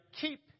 keep